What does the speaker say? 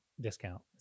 discount